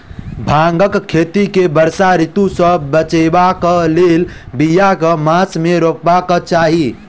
भांगक खेती केँ वर्षा ऋतु सऽ बचेबाक कऽ लेल, बिया केँ मास मे रोपबाक चाहि?